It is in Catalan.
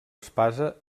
espasa